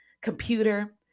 computer